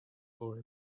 for